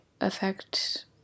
affect